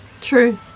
True